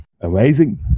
Amazing